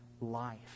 life